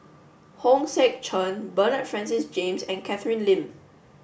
Hong Sek Chern Bernard Francis James and Catherine Lim